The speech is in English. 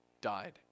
died